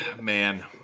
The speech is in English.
man